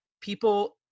people